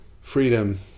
freedom